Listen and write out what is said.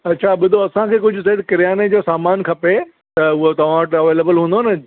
अच्छा ॿुधो असां खे कुझु सेठ किरियाने जो समान खपे त उहो तव्हां वटि अवेलेबल हूंदो न